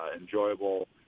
enjoyable